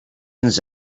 ens